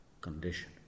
condition